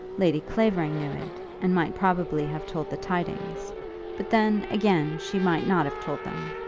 lady clavering knew it, and might probably have told the tidings but then, again, she might not have told them.